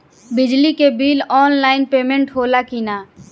बिजली के bill online payment होला कि ना?